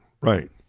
Right